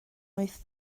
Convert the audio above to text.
wyth